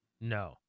No